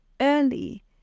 early